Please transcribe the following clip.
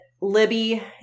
Libby